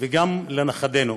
וגם לנכדינו.